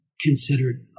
considered